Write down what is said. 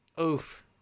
Oof